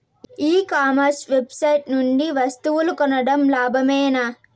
ఈ commerce website నుండి వస్తువులు కొనడం లాభమేనా?